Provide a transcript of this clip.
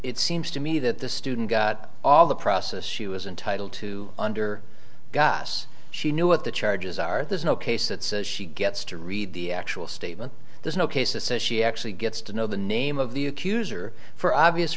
seems to me that the student got all the process she was entitled to under the guise she knew what the charges are there's no case that says she gets to read the actual statement there's no cases says she actually gets to know the name of the accuser for obvious